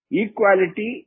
equality